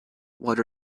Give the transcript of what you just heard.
what